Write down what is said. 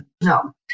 no